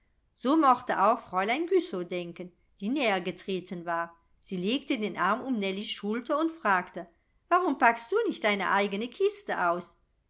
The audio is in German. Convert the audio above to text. so mochte auch fräulein güssow denken die näher getreten war sie legte den arm um nellies schulter und fragte warum packst du nicht deine eigene kiste aus